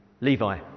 Levi